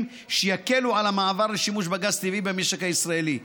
שיקלו את המעבר לשימוש בגז טבעי במשק הישראלי.